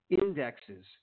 indexes